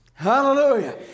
Hallelujah